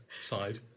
side